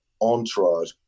entourage